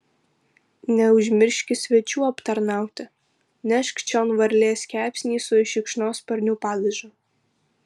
neužmirški svečių aptarnauti nešk čion varlės kepsnį su šikšnosparnių padažu